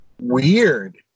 Weird